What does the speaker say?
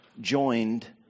joined